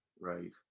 Right